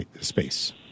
space